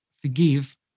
forgive